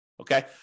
Okay